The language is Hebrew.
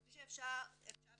כפי שאפשר לראות,